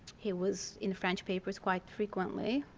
he was in french papers quite frequently.